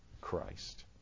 Christ